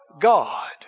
God